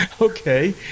okay